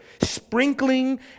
sprinkling